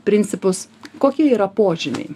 principus kokie yra požymiai